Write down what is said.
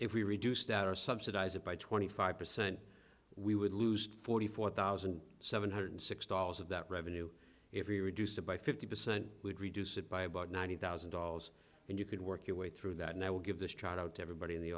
if we reduced our subsidize it by twenty five percent we would lose forty four thousand seven hundred six dollars of that revenue if we reduced it by fifty percent would reduce it by about ninety thousand dollars and you could work your way through that and i would give this child out to everybody in the